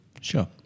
Sure